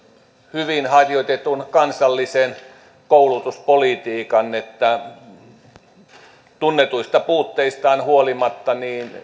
hyvin harjoitetun kansallisen koulutuspolitiikan tunnetuista puutteistaan huolimatta